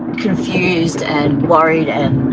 confused and worried, and.